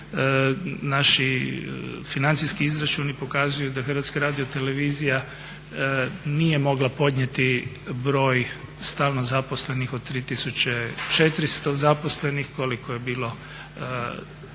Naši financijski izračuni pokazuju da Hrvatska radiotelevizija nije mogla podnijeti broj stalno zaposlenih od 3400 zaposlenih koliko je bilo